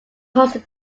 hosted